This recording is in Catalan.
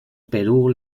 perú